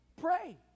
pray